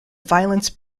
violence